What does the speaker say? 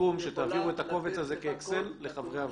בסיכום שתעבירו את הקובץ הזה כאקסל לחברי הוועדה.